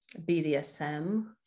BDSM